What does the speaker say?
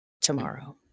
tomorrow